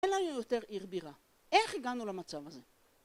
אין לנו יותר עיר בירה. איך הגענו למצב הזה?